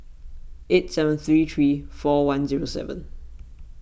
eight seven three three four one zero seven